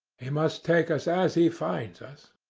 he must take us as he finds us.